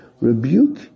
Rebuke